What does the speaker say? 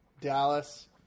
Dallas